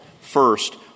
First